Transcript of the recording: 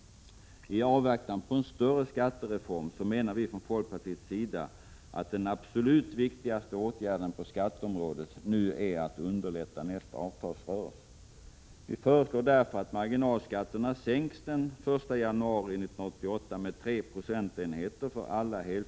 I avvaktan på en större skattereform är den absolut viktigaste åtgärden på skatteområdet enligt folkpartiets mening att nu underlätta nästa avtalsrörelse. Vi föreslår därför att marginalskatterna skall sänkas med 3 procentenheter för alla heltidsarbetande den 1 januari 1988.